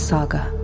Saga